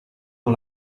con